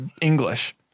English